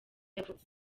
yavutse